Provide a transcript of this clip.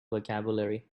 vocabulary